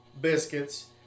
biscuits